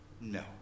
No